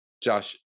Josh